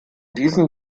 diesen